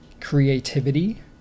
creativity